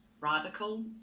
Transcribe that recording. radical